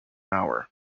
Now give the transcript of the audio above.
hour